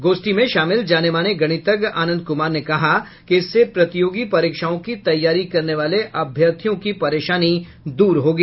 गोष्ठी में शामिल जाने माने गणितज्ञ आनंद कुमार ने कहा कि इससे प्रतियोगी परीक्षाओं की तैयारी करने वाले अभ्यर्थियों की परेशानी दूर होगी